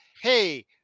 hey